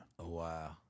Wow